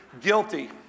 guilty